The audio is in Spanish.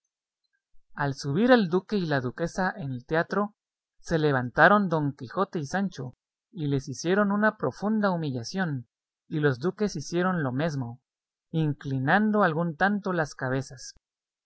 al subir el duque y la duquesa en el teatro se levantaron don quijote y sancho y les hicieron una profunda humillación y los duques hicieron lo mesmo inclinando algún tanto las cabezas